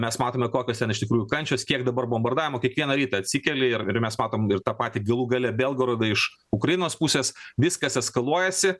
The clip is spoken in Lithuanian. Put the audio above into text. mes matome kokios ten iš tikrųjų kančios kiek dabar bombardavimo kiekvieną rytą atsikeli ir ir mes matom ir tą patį galų gale belgorodą iš ukrainos pusės viskas eskaluojasi